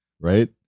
right